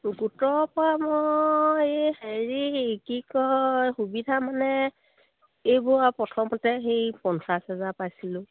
গোটৰ পা মই এই হেৰি কি কয় সুবিধা মানে এইবোৰ আৰু প্ৰথমতে সেই পঞ্চাছ হেজাৰ পাইছিলোঁ